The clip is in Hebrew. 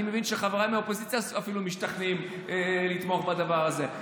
אני מבין שחבריי מהאופוזיציה אפילו משתכנעים לתמוך בדבר הזה.